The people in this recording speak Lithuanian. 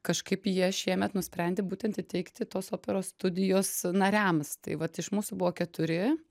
kažkaip jie šiemet nusprendė būtent įteikti tos operos studijos nariams tai vat iš mūsų buvo keturi